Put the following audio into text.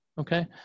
okay